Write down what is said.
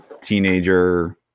Teenager